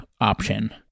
option